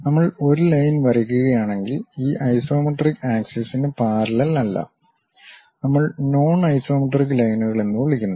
നമ്മൾ ഒരു ലൈൻ വരയ്ക്കുകയാണെങ്കിൽ ഈ ഐസോമെട്രിക് ആക്സിസ്നു പാരല്ലെൽ അല്ല നമ്മൾ നോൺ ഐസോമെട്രിക് ലൈനുകൾ എന്ന് വിളിക്കുന്നു